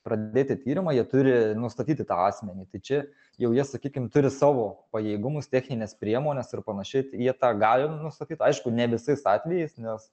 pradėti tyrimą jie turi nustatyti tą asmenį tai čia jau jie sakykim turi savo pajėgumus technines priemones ir panašiai jie tą gali nustatyt aišku ne visais atvejais nes